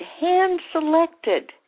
hand-selected